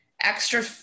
extra